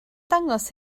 dangos